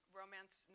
romance